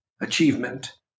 achievement